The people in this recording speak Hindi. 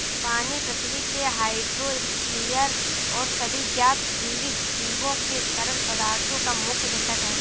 पानी पृथ्वी के हाइड्रोस्फीयर और सभी ज्ञात जीवित जीवों के तरल पदार्थों का मुख्य घटक है